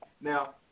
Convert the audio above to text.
Now